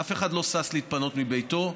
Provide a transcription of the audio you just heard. אף אחד לא שש להתפנות מביתו,